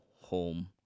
home